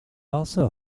also